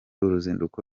uruzinduko